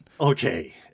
Okay